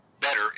better